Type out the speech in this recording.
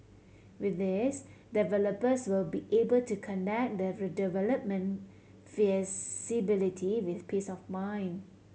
with this developers will be able to conduct the redevelopment feasibility with peace of mind